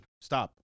Stop